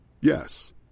Yes